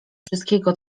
wszystkiego